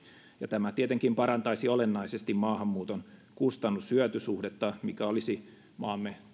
ja tämä tietenkin parantaisi olennaisesti maahanmuuton kustannus hyöty suhdetta mikä olisi maamme